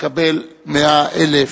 תקבל מאה אלף.